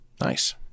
Nice